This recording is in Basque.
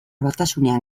batasunean